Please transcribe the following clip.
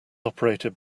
operated